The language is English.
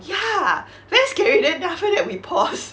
ya very scary then then after that we pause